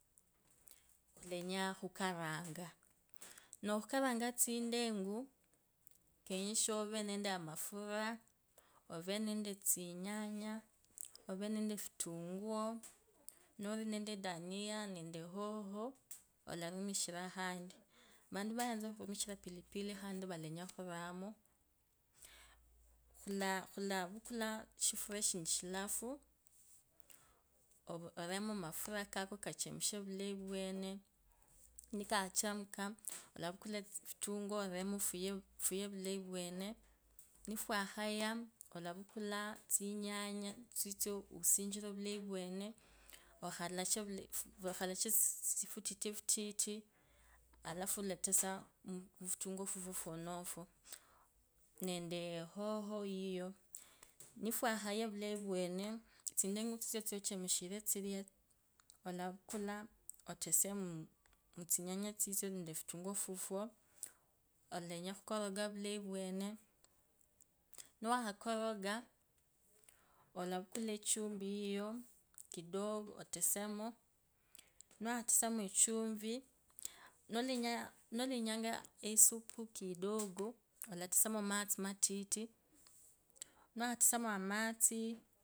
𝖪𝗁𝗎𝗅𝖾𝗇𝗒𝖺 𝗄𝗁𝗎𝗄𝖺𝗋𝖺𝗇𝗀𝖺 𝖭𝗈.𝗄𝗁𝗎𝗄𝖺𝗋𝖺𝗇𝗀𝖺 𝗍𝗌𝗂𝗇𝖽𝖾𝗀𝗎 𝗄𝖾𝗇𝗒𝖺𝗄𝗁𝖺 𝗈𝗏𝖾 𝗇𝖾𝗇𝖽𝖾 𝖺𝗆𝖺𝖿𝗎𝗋𝖺 𝗈𝗏𝖾 𝗇𝖾𝗇𝖽𝖾 𝗍𝗌𝗂𝗇𝗒𝖺𝗇𝗒𝖺 𝗈𝗏𝖾𝗇𝖾𝗇𝖽𝖾 𝗌𝗁𝗂𝗍𝗎𝗇𝗀𝗎𝗈 𝗇𝗈𝗋𝗂𝗇𝖾𝗇𝖽𝖾 𝖾𝖽𝖺𝗇𝗂𝖺 𝗇𝖾𝗇𝖽𝖾 𝗁𝗈𝗁𝗈 𝗈𝗅𝖺𝗋𝗎𝗆𝗂𝗌𝗁𝗂𝗋𝗈 𝗄𝗁𝖺𝗇𝖽𝗂 𝗏𝖺𝗇𝗍𝗎 𝗏𝖺𝗒𝖺𝗇𝗓𝖺 𝗄𝗁𝗎𝗋𝗎𝗆𝗂𝗌𝗁𝗂𝗋𝖺 𝖾𝗉𝗂𝗅𝗂𝗉𝗂𝗅𝗂 𝗏𝖺𝗅𝖾𝗇𝗒𝖺𝗄𝗁𝗎𝗋𝖺𝗆𝗎 𝗄𝗁𝗎𝗅𝖺 𝗄𝗁𝗎𝗄𝗂𝖺 𝗏𝗎𝗄𝗎𝗅𝖺 𝗌𝗁𝗂𝖿𝗎𝗋𝗂𝖺 𝗌𝗁𝗂𝗇𝖽𝗂 𝗌𝗁𝗂𝗅𝖺𝖿𝗎 𝗈𝗌𝖾𝗆𝗈 𝗆𝖺𝖿𝗎𝗋𝖺 𝗄𝖺𝗄𝗈 𝗄𝗎𝖼𝗁𝖾𝗆𝗌𝗁𝖾 𝗏𝗎𝗅𝖺𝗒𝗂 𝗏𝗐𝖾𝗇𝖾 𝗇𝗂𝗄𝖺𝗄𝗁𝖺𝖼𝗁𝖾𝗆𝗎𝗄𝖺 𝖺𝗅𝖺𝗏𝗎𝗄𝗎𝗅𝖺 𝖿𝗎𝗍𝗎𝗇𝗀𝗎𝗎 𝗈𝗋𝗂𝖾𝗆𝗈 𝖿𝗎𝖿𝗎𝗀𝖾 𝗏𝗎𝗅𝖺𝗒𝗂 𝗋𝗐𝖾𝗇𝖾 𝗇𝗂𝖿𝗐𝖺𝗄𝗁𝖺𝗒𝖺 𝗈𝗅𝖺𝗏𝗎𝗄𝗎𝗅𝖺 𝖾𝗍𝗌𝗂𝗇𝗒𝖺𝗇𝗒𝖺 𝗍𝗌𝗂𝗍𝗌𝗈 𝗈𝗏𝖺 𝗎𝗌𝗂𝖼𝗁𝗂𝗋𝖾 𝗏𝗎𝗅𝖺𝗂 𝗏𝗐𝖾𝗇𝖾 𝗈𝗄𝗁𝖺𝗅𝖺𝖼𝗁𝖾 𝗈𝗄𝗁𝖺𝗅𝖺𝖼𝗁𝖾 𝖿𝗎𝗎 𝖿𝗎𝗍𝗂𝗍𝗂𝖿𝗎𝗍𝗂𝗍𝗂𝗍𝗂 𝖺𝗅𝖺𝖿𝗎 𝗆𝖺𝖿𝗎𝗍𝗎𝗇𝗀𝗎𝗎 𝖿𝗎𝗃𝗈 𝖿𝗐𝗈𝗇𝗈𝖿𝗐𝗈 𝗇𝖾𝗇𝖽𝖾 𝖾𝗁𝗈𝗁𝗈 𝗒𝗂𝗒𝗈 𝗇𝗂𝖿𝗐𝖺𝗄𝗁𝖺𝗒𝖺 𝗏𝗎𝗅𝖺𝗒𝗂 𝗏𝗐𝖾𝗇𝖾 𝗍𝗌𝗂𝗇𝖽𝖾𝗀𝗎 𝗍𝗌𝗂𝗍𝗌𝗈 𝗍𝗌𝗈 𝖼𝗁𝖾𝗆𝗎𝗌𝗁𝗂𝗋𝖾 𝗍𝗌𝗂𝗍𝗌𝗈 𝗇𝖾𝗇𝖽𝖾 𝖿𝗎𝗍𝗎𝗇𝗀𝗎𝗈 𝖿𝗎𝖿𝗐𝗈 𝗈𝗅𝖾𝗇𝗒𝖺 𝗄𝗁𝗎𝗄𝗈𝗋𝗈𝗀𝖺 𝗏𝗎𝗅𝖺𝗒𝗂 𝗏𝗐𝖾𝗇𝖾 𝗇𝗂𝗐𝖺𝗄𝗁𝖺𝗄𝖾𝗋𝗈𝗀𝖺 𝗈𝗅𝖺𝗏𝗎𝗄𝗎𝗅𝖺 𝖾𝖼𝗁𝗎𝗆𝖻𝗂 𝗒𝗂𝗒𝗈 𝗄𝗂𝖽𝗈𝗀𝗈 𝗈𝗍𝖾𝗌𝖺𝗆𝗎 𝗇𝗂𝗐𝖺𝗄𝗁𝖺𝗍𝖾 𝗌𝖺𝗆𝗈 𝖾𝖼𝗁𝗂𝗆𝖻𝗂 𝗇𝗈𝗅𝖾𝗇𝗒𝖺 𝗇𝖾𝗅𝖾𝗇𝗒𝖺𝗇𝗀𝖺 𝖾𝗌𝗎𝗉𝗎𝗎 𝗄𝗂𝖽𝗈𝗀𝗈 𝗈𝗅𝖺𝗍𝗌𝖺𝗌𝖺𝗆𝗈 𝖺𝗆𝖺𝗍𝗌𝗂 𝗆𝖺𝗍𝗂𝗍𝗂 𝗇𝗂𝗐𝖺𝗄𝗁𝖺𝗍𝖺𝗌𝖺𝗆𝗈 𝖺𝗆𝖺𝗍𝗌𝗂.